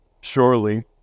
surely